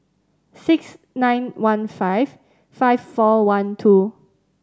six nine one five five four one two